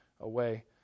away